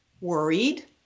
worried